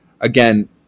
Again